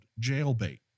Jailbait